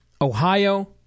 Ohio